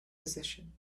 position